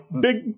Big